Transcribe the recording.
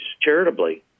charitably